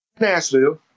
Nashville